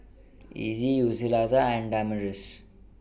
Earley Yulissa and Damaris